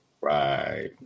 Right